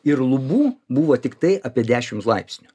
ir lubų buvo tiktai apie dešimts laipsnių